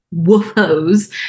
woofos